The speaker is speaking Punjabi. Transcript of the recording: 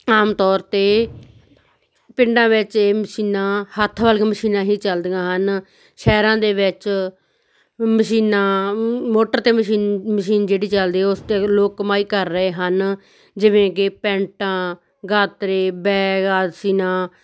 ਆਮ ਤੌਰ 'ਤੇ ਪਿੰਡਾਂ ਵਿੱਚ ਇਹ ਮਸ਼ੀਨਾਂ ਹੱਥ ਵਾਲੀਆਂ ਮਸ਼ੀਨਾਂ ਹੀ ਚੱਲਦੀਆਂ ਹਨ ਸ਼ਹਿਰਾਂ ਦੇ ਵਿੱਚ ਮਸ਼ੀਨਾਂ ਮੋਟਰ 'ਤੇ ਮਸ਼ੀ ਮਸ਼ੀਨ ਜਿਹੜੀ ਚਲਦੀ ਉਸ 'ਤੇ ਲੋਕ ਕਮਾਈ ਕਰ ਰਹੇ ਹਨ ਜਿਵੇਂ ਕਿ ਪੈਂਟਾਂ ਗਾਤਰੇ ਬੈਗ ਆਦਿ ਸੀਨਾ